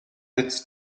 its